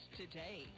today